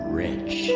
rich